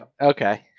Okay